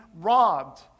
robbed